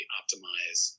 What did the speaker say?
optimize